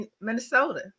Minnesota